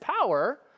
power